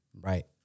Right